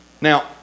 Now